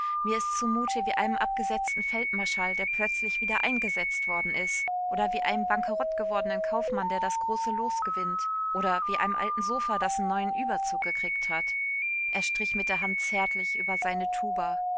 mir is zumute wie einem abgesetzten feldmarschall der plötzlich wieder eingesetzt worden is oder wie einem bankerott gewordenen kaufmann der das große los gewinnt oder wie einem alten sofa das n neuen überzug gekriegt hat er strich mit der hand zärtlich über seine tuba